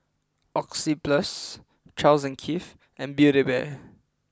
Oxyplus Charles N Keith and Build A Bear